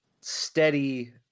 steady